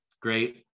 great